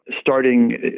starting